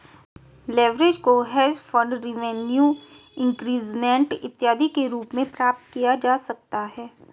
leverage को hedge fund revenue increment इत्यादि के रूप में प्राप्त किया जा सकता है